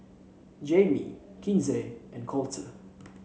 Jaime Kinsey and Colter